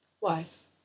Wife